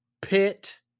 Pit